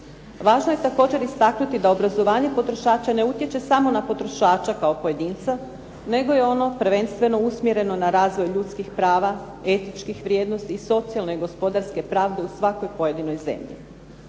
Važno je također istaknuti da obrazovanje potrošača ne utječe samo na potrošača kao pojedinca, nego je ono prvenstveno usmjereno na razvoj ljudskih prava, etičkih vrijednosti i socijalne i gospodarske pravde u svakoj pojedinoj zemlji.